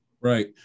Right